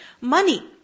money